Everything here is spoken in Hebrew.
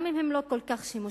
גם אם הם לא כל כך שימושיים,